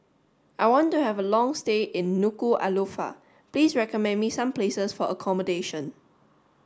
I want to have a long stay in Nuku'alofa please recommend me some places for accommodation